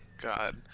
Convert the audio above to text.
God